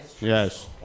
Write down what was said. Yes